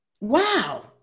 wow